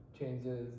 changes